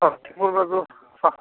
समस्तीपुर में तो स